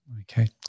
Okay